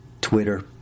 Twitter